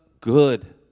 good